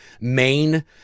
main